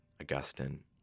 Augustine